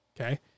Okay